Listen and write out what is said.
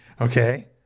Okay